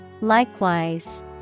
Likewise